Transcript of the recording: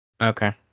Okay